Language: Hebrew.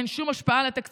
אין שום השפעה על התקציב".